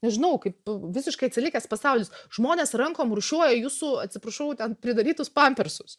nežinau kaip visiškai atsilikęs pasaulis žmonės rankom rūšiuoja jūsų atsiprašau ten pridarytus pampersus